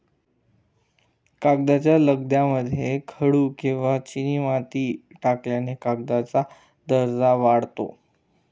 कागदाच्या लगद्यामध्ये खडू किंवा चिनीमाती टाकल्याने कागदाचा दर्जा वाढतो